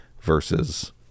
versus